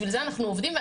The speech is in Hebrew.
בשביל זה אנחנו עובדים.